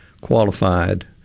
qualified